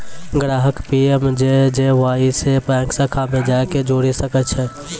ग्राहक पी.एम.जे.जे.वाई से बैंक शाखा मे जाय के जुड़ि सकै छै